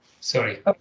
Sorry